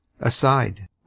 ASIDE